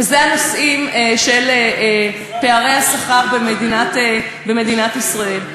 הם הנושאים של פערי השכר במדינת ישראל.